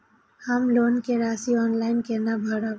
हम लोन के राशि ऑनलाइन केना भरब?